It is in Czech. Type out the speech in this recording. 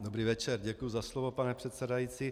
Dobrý večer, děkuji za slovo, pane předsedající.